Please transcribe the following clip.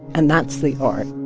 and that's the art.